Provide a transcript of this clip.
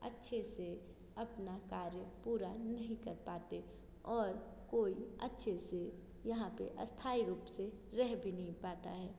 अच्छे से अपना कार्य पूरा नहीं कर पाते और कोई अच्छे से यहाँ पे अस्थाई रूप से रह भी नहीं पाता है